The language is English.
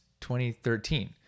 2013